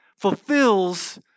fulfills